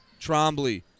Trombley